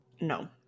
No